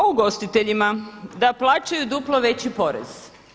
O ugostiteljima da plaćaju duplo veći porez.